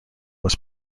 was